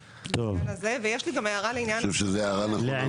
אני חושב שזאת הערה נכונה,